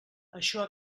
això